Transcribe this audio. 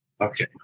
Okay